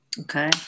Okay